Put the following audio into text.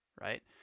right